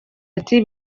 ati